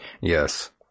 Yes